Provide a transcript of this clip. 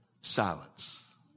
silence